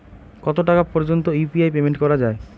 কত টাকা পর্যন্ত ইউ.পি.আই পেমেন্ট করা যায়?